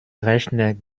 rechner